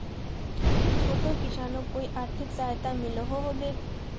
छोटो किसानोक कोई आर्थिक सहायता मिलोहो होबे?